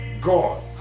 God